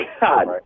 God